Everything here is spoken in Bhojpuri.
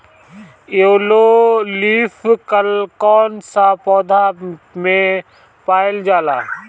येलो लीफ कल कौन सा पौधा में पावल जाला?